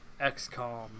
XCOM